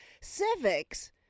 civics